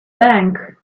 bank